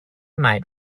might